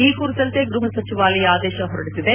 ಈ ಕುರಿತಂತೆ ಗೃಹ ಸಚಿವಾಲಯ ಆದೇಶ ಹೊರಡಿಸಿದೆ